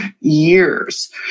years